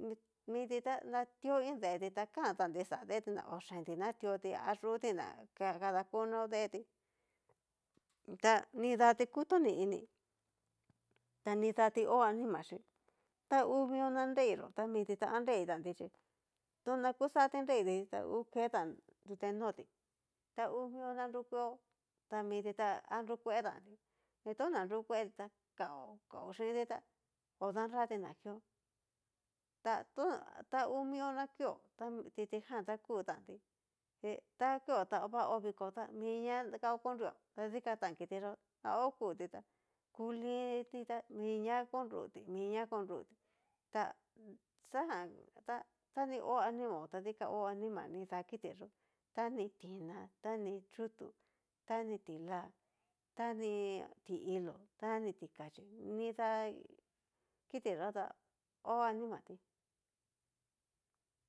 mi miti tá, natio iin deeti ta kantanti xá deeti, oyenti na tióti ayuti na kadakunaó deti, ta nidati kutoni ini ta nidati ho anima xhí, ta hu mio na nreiyó ta miti ta nreitanto chí, tuna kuxati nreiti ta ngu ketan tute nóti, ta hú mio na nrukueó ta miti ta nrukuetantí chi tona nrukueri ta kao kao chinti tá odanrati na kió ta tuna ta ngu mio na kió ta kitijan ta ku tanti, ta kió ta va hó viko ta minia kaó konrió ta dikan ta kitiyó na okutita ku linti ta minia konruti minia konruti ta xajanta ta ni ho anima ta dikan hó anima nidá kiti yó, ta ni tina, tani chutu, tani ti'la, tani ti'ilo, tani tixachí, nida kitiyó ta hó animatí.